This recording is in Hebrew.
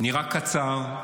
נראה קצר,